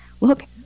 Look